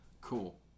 cool